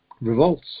revolts